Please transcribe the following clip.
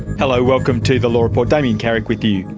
hello, welcome to the law report, damien carrick with you.